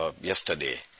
yesterday